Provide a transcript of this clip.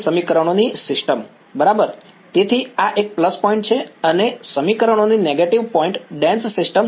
સમીકરણોની ગાઢ સિસ્ટમ બરાબર તેથી આ એક પ્લસ પોઈન્ટ છે અને આ સમીકરણોની નેગેટિવ પોઈન્ટ ડેન્સ સિસ્ટમ છે